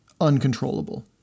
uncontrollable